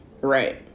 Right